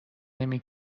نمی